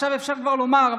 עכשיו אפשר כבר לומר,